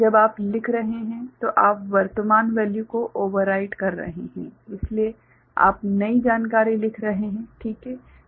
जब आप लिख रहे हैं तो आप वर्तमान वैल्यू को ओवर राइट सुधार कर रहे हैं इसलिए आप नई जानकारी लिख रहे हैं ठीक है